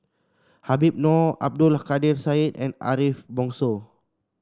Habib Noh Abdul Kadir Syed and Ariff Bongso